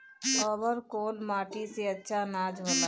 अवर कौन माटी मे अच्छा आनाज होला?